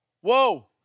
whoa